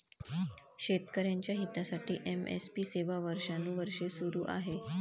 शेतकऱ्यांच्या हितासाठी एम.एस.पी सेवा वर्षानुवर्षे सुरू आहे